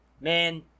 Man